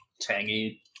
tangy